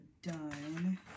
Done